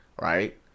right